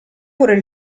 pure